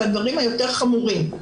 הדברים היותר חמורים,